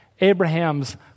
Abraham's